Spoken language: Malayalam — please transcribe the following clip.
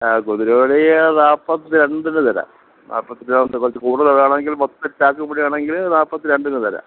ആ കുതിരയോടീ നാൽപ്പത്തി രണ്ടിന് തരാം നാൽപ്പത്തി രണ്ട് കുറച്ച് കൂടുതലാണെങ്കിൽ മൊത്തം ചാക്ക് കൂടെ ആണെങ്കിൽ നാൽപ്പത്തി രണ്ടിന് തരാം